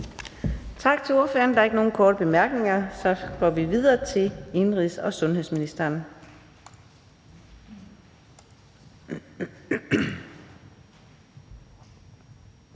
Tak til ordføreren. Der er ikke nogen korte bemærkninger. Så går vi videre til indenrigs- og sundhedsministeren.